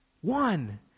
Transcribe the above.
one